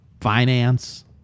finance